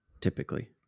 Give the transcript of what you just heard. typically